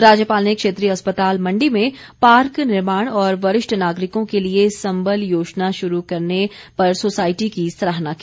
राज्यपाल ने क्षेत्रीय अस्पताल मण्डी में पार्क निर्माण और वरिष्ठ नागरिकों के लिए संबल योजना शुरू करने पर सोसायटी की सराहना की